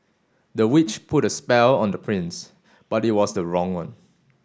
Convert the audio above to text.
the witch put a spell on the prince but it was the wrong one